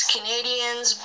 Canadians